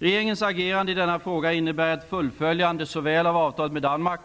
Regeringens agerande i denna fråga innebär ett fullföljande såväl av avtalet med Danmark